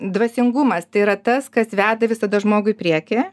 dvasingumas tai yra tas kas veda visada žmogų į priekį